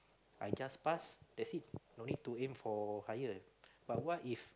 I just pass that's it no need to aim for higher but what if